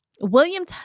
William